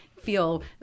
feel